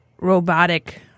robotic